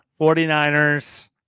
49ers